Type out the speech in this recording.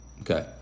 Okay